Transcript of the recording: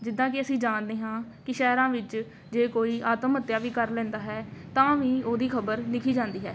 ਜਿੱਦਾਂ ਕਿ ਅਸੀਂ ਜਾਣਦੇ ਹਾਂ ਕਿ ਸ਼ਹਿਰਾਂ ਵਿੱਚ ਜੇ ਕੋਈ ਆਤਮ ਹੱਤਿਆ ਵੀ ਕਰ ਲੈਂਦਾ ਹੈ ਤਾਂ ਵੀ ਉਹਦੀ ਖ਼ਬਰ ਲਿਖੀ ਜਾਂਦੀ ਹੈ